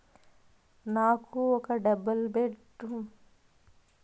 నాకు ఒక double bedroom plot ఉంది దాని డాక్యుమెంట్స్ లు ద్వారా మీరు ఎంత లోన్ నాకు సాంక్షన్ చేయగలరు?